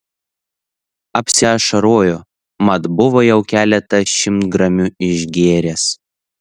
apsiašarojo mat buvo jau keletą šimtgramių išgėręs